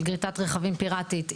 של גריטת רכבים פיראטית,